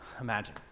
imagine